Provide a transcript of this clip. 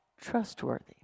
trustworthy